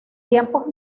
tiempos